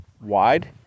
wide